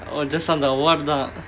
oh just on the award தான்:thaan